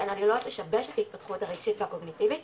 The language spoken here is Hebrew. ועלולות לשבש את ההתפתחות הרגשית והקוגניטיבית